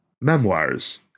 Memoirs